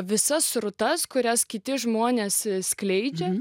visas srutas kurias kiti žmonės skleidžia